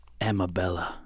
Amabella